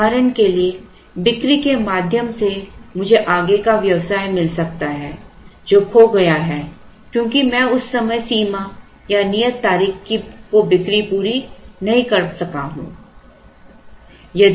उदाहरण के लिए बिक्री के माध्यम से मुझे आगे का व्यवसाय मिल सकता है जो खो गया है क्योंकि मैं उस समय सीमा या नियत तारीख को बिक्री पूरी नहीं कर सका हूं